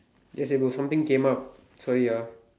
yes they got something came up sorry ah